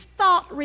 thought